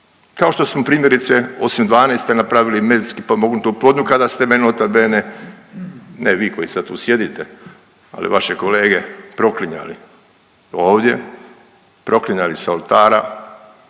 kao što smo primjerice osim '12. napravili medicinski potpomognutu oplodnju kada ste mene nota bene, ne vi koji sada tu sjedite, ali vaše kolege proklinjali ovdje, proklinjali sa oltara,